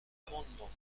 amendement